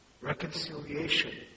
reconciliation